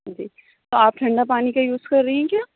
جی تو آپ ٹھنڈا پانی کا یوز کر رہی ہیں کیا